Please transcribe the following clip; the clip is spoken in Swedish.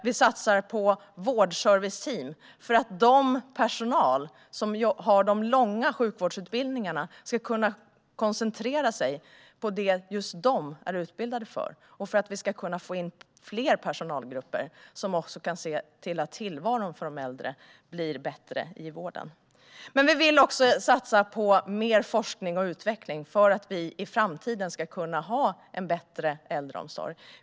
Vi satsar på vårdserviceteam för att personal med lång sjukvårdsutbildning ska kunna koncentrera sig på det de är utbildade för, och för att vi ska kunna få in fler personalgrupper som kan se till att tillvaron för de äldre blir bättre i vården. Men vi vill också satsa på mer forskning och utveckling för att vi i framtiden ska kunna ha en bättre äldreomsorg.